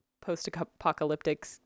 post-apocalyptic